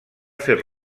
fer